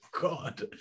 God